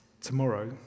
Tomorrow